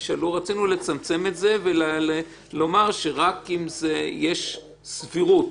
רצינו לצמצם את זה ולומר שרק אם יש סבירות.